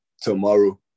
tomorrow